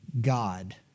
God